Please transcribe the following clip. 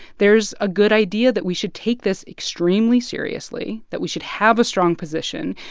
there's a good idea that we should take this extremely seriously, that we should have a strong position,